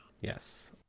Yes